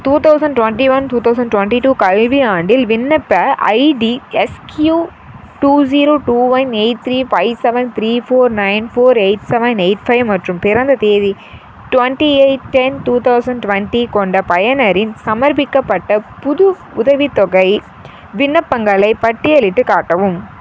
two thousand twenty one two thousand twenty two கல்வியாண்டில் விண்ணப்ப ID SQ two zero two one eight three five seven three four nine four eight seven eight five மற்றும் பிறந்த தேதி twenty eight ten two thousand twenty கொண்ட பயனரின் சமர்ப்பிக்கப்பட்ட புது உதவித்தொகை விண்ணப்பங்களை பட்டியலிட்டுக் காட்டவும்